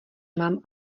mám